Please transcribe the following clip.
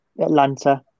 Atlanta